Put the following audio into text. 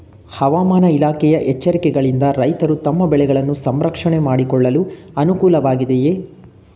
ಹವಾಮಾನ ಇಲಾಖೆಯ ಎಚ್ಚರಿಕೆಗಳಿಂದ ರೈತರು ತಮ್ಮ ಬೆಳೆಗಳನ್ನು ಸಂರಕ್ಷಣೆ ಮಾಡಿಕೊಳ್ಳಲು ಅನುಕೂಲ ವಾಗಿದೆಯೇ?